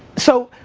so,